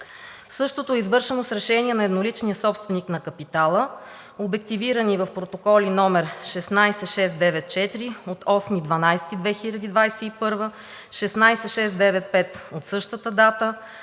Същото е извършено с решение на едноличния собственик на капитала, обективирани в протоколи № 16694 от 8 декември 2021 г.; № 16695 от същата дата;